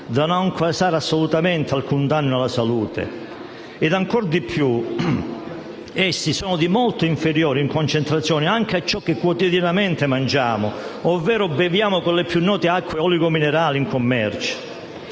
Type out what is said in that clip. da non causare assolutamente alcun danno alla salute. E, ancor di più, esse sono di molto inferiori in concentrazione anche rispetto a ciò che quotidianamente mangiamo ovvero beviamo con le più note acque oligominerali in commercio.